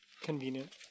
convenient